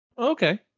Okay